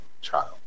child